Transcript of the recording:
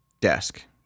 desk